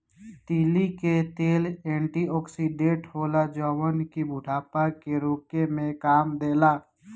तीली के तेल एंटी ओक्सिडेंट होला जवन की बुढ़ापा के रोके में काम देला